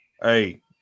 Hey